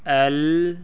L